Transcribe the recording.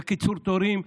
לקיצור תורים,